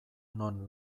non